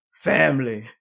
family